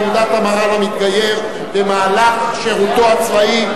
(תעודת המרה למתגייר במהלך שירותו הצבאי),